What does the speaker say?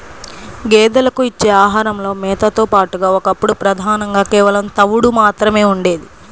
గేదెలకు ఇచ్చే ఆహారంలో మేతతో పాటుగా ఒకప్పుడు ప్రధానంగా కేవలం తవుడు మాత్రమే ఉండేది